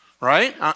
right